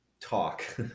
talk